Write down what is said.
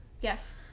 Yes